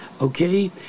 okay